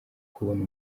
kubona